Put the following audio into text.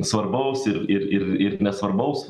svarbaus ir ir ir nesvarbaus